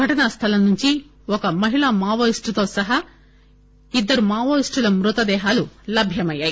సంఘటనా స్థలం నుంచి ఒక మహిళ మావోయిస్టుతో సహా ఇద్దరు మావోయిస్టుల మృతదేహాలు లభ్యమయ్యాయి